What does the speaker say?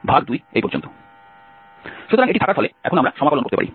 সুতরাং এটি থাকার ফলে এখন আমরা সমাকলন করতে পারি